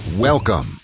Welcome